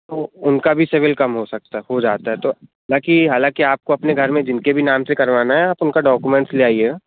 तो उनका भी सिविल कम हो सकता है हो जाता है तो बाकि हालांकि आपको अपने घर में जिनके भी नाम से करवाना है आप उनका डॉक्यूमेंट्स ले आइएगा